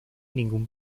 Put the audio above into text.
ningún